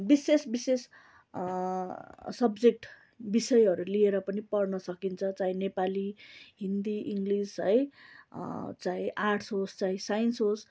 विशेष विशेष सब्जेक्ट बिषयहरू लिएर पनि पढ्न सकिन्छ चाहे नेपाली हिन्दी इङ्गलिस है चाहे आर्टस होस् चाहे साइन्स होस्